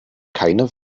keine